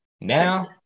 Now